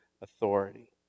authority